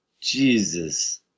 Jesus